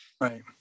Right